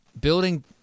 building